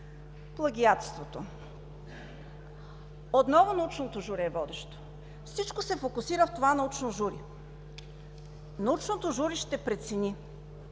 Плагиатството. Отново научното жури е водещо. Всичко се фокусира в това научно жури. Научното жури ще прецени